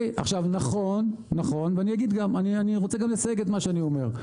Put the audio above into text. אני רוצה גם לסייג את מה שאני אומר.